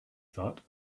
thought